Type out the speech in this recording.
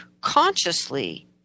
consciously